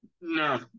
no